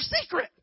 secret